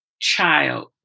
child